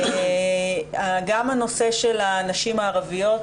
גם הנושא של הנשים הערביות,